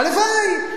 הלוואי.